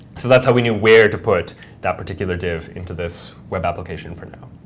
so that's how we knew where to put that particular div into this web application for now.